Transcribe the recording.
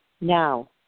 now